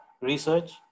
research